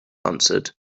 answered